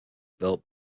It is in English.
built